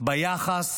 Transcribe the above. ביחס